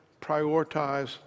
prioritize